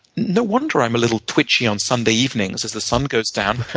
no wonder i'm a little twitchy on sunday evenings as the sun goes down.